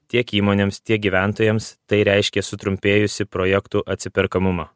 tiek įmonėms tiek gyventojams tai reiškia sutrumpėjusį projektų atsiperkamumą